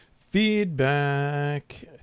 Feedback